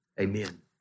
Amen